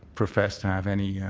profess to have any and